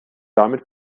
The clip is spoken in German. damit